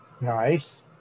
Nice